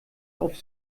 auf